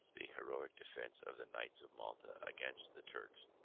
the heroic defence of the knights of malta against the turks,